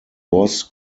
was